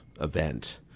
event